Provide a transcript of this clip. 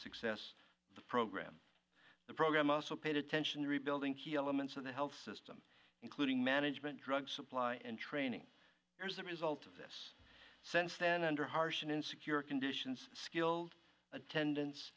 success of the program the program also paid attention to rebuilding key elements of the health system including management drug supply and training as a result of this sense then under harsh and insecure conditions skilled attendance